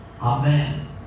Amen